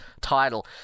title